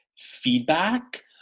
feedback